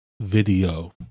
video